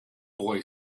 boy